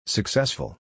Successful